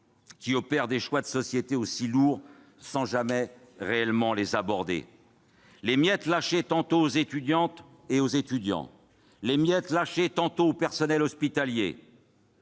qui opère des choix de société aussi lourds sans jamais réellement les aborder. Les miettes lâchées tantôt aux étudiantes et aux étudiants, tantôt aux personnels hospitaliers,